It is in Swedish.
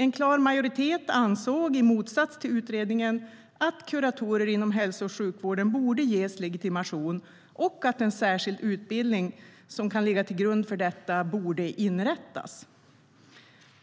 En klar majoritet ansåg, i motsats till utredningen, att kuratorer inom hälso och sjukvården borde ges legitimation och att en särskild utbildning som kan ligga till grund för detta borde inrättas.